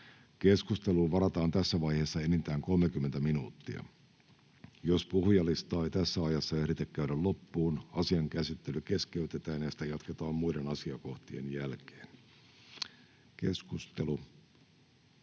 Keskusteluun varataan tässä vaiheessa enintään 30 minuuttia. Jos puhujalistaa ei tässä ajassa ehditä käydä loppuun, asian käsittely keskeytetään ja sitä jatketaan muiden asiakohtien jälkeen. — Keskustelu,